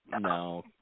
no